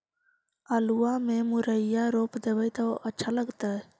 आलुआ में मुरई रोप देबई त अच्छा होतई?